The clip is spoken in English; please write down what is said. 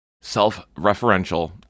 self-referential